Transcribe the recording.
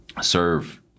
serve